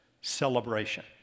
celebration